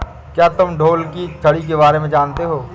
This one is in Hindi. क्या तुम ढोल की छड़ी के बारे में जानते हो?